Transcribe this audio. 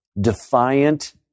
defiant